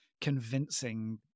convincing